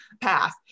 path